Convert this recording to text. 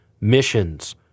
Missions